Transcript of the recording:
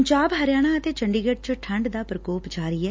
ਪੰਜਾਬ ਹਰਿਆਣਾ ਅਤੇ ਚੰਡੀਗੜ ਚ ਠੰਡ ਦਾ ਪ੍ਰਕੋਪ ਜਾਰੀ ਐ